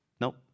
Nope